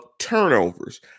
turnovers